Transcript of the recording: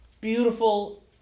beautiful